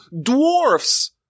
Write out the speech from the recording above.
dwarfs